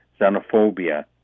xenophobia